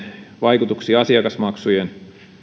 vaikutuksia asiakasmaksujen